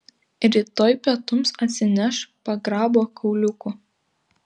rytoj pietums atsineš pagrabo kauliukų